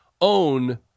own